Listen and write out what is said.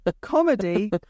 comedy